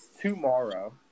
tomorrow